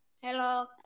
Hello